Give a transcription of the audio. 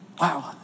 Wow